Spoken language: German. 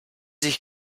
sich